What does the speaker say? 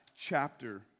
chapter